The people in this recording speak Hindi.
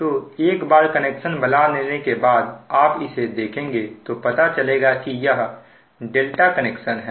तो एक बार कनेक्शन बना लेने के बाद आप इसे देखेंगे तो पता चलेगा कि यह ∆ कनेक्शन है